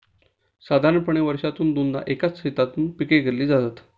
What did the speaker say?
साधारणपणे वर्षातून दोनदा एकाच शेतातून पिके घेतली जातात